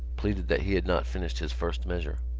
pleaded that he had not finished his first measure.